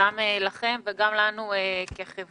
גם לכם וגם לנו כחברה.